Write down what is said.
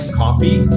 coffee